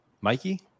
Mikey